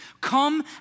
Come